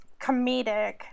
Comedic